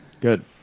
Good